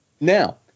now